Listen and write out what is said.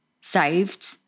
saved